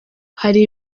hari